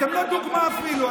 אתם לא דוגמה אפילו.